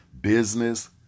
business